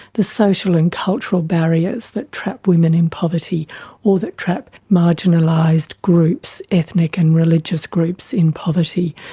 the social and cultural barriers that trap women in poverty or that trap marginalised groups, ethnic and religious groups in poverty.